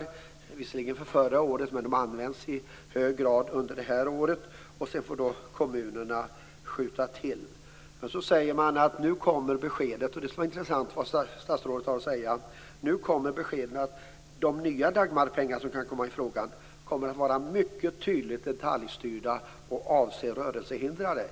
De var visserligen för förra året, men de används i hög grad under det här året. Sedan får kommunerna skjuta till. Men så säger man att det nu kommer besked om att de nya Dagmarpengar som kan komma i fråga kommer att vara mycket tydligt detaljstyrda och avse rörelsehindrade. Det skulle vara intressant att höra vad statsrådet har att säga om det.